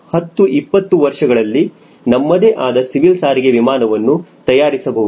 ಮುಂದಿನ 10 20 ವರ್ಷಗಳಲ್ಲಿ ನಮ್ಮದೇ ಆದ ಸಿವಿಲ್ ಸಾರಿಗೆ ವಿಮಾನವನ್ನು ತಯಾರಿಸಬಹುದು